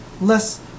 less